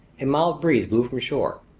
a mild breeze blew from shore.